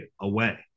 away